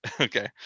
okay